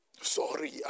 Sorry